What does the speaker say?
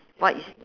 what is